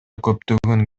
көптөгөн